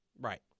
Right